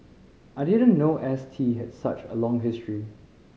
I didn't know S T had such a long history